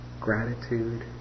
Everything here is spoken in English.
gratitude